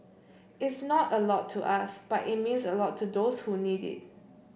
it's not a lot to us but it means a lot to those who need it